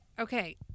Okay